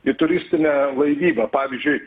į turistinę laivybą pavyzdžiui